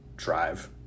Drive